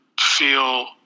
feel